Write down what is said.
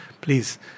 please